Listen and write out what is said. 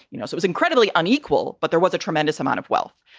you know, so was incredibly unequal, but there was a tremendous amount of wealth.